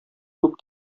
күп